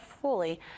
fully